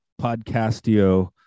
podcastio